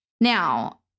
now